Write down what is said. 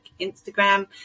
Instagram